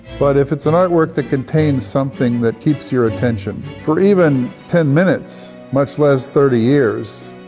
but, if it's an artwork that contains something that keeps your attention for even ten minutes, much less thirty years,